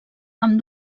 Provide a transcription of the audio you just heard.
amb